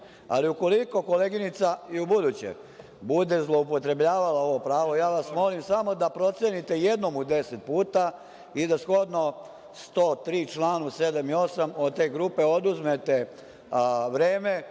mi. Ukoliko koleginica i ubuduće bude zloupotrebljavala ovo pravo, molim samo da procenite jednom u deset puta i da shodno članu 103. st. 7. i 8. od te grupe oduzmete vreme